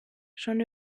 schon